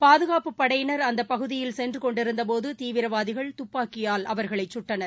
பாதுகாப்புப் படையினர் அந்த பகுதியில் சென்றுகொண்டிருந்தபோது தீவிரவாதிகள் துப்பாக்கியால் அவர்களை கட்டனர்